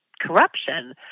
corruption